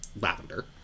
lavender